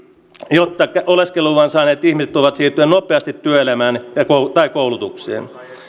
jotta oleskeluluvan saaneet ihmiset voivat siirtyä nopeasti työelämään tai koulutukseen